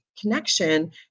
connection